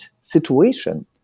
situation